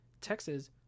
Texas